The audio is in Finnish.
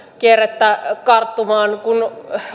kierrettä karttumaan kun